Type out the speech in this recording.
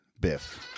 Biff